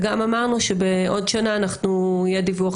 וגם אמרנו שבעוד שנה יהיה דיווח